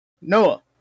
Noah